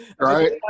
Right